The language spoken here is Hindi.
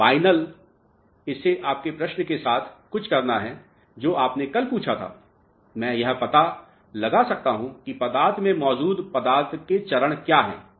Binal इसे आपके प्रश्न के साथ कुछ करना है जो आपने कल पूछा था मैं यह पता लगा सकता हूं कि पदार्थ में मौजूद पदार्थ के चरण क्या हैं